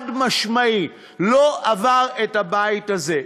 חד-משמעית, לא עבר את הבית הזה.